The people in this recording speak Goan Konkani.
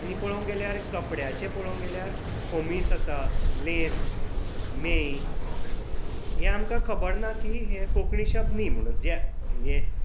आनी पळोवंक गेल्यार कपड्याचें पळोवंक गेल्यार खोमीस आसा लेस मेंय हें आमकां खबर ना की हें कोंकणी शब्द न्ही म्हणून जे म्हणजे